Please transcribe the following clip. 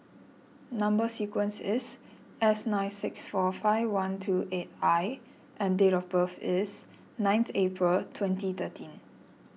Number Sequence is S nine six four five one two eight I and date of birth is ninth April twenty thirteen